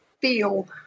feel